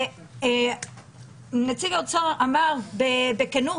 נציג האוצר אמר בכנות: